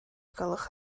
gwelwch